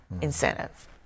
incentive